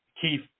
Keith